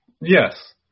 Yes